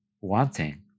wanting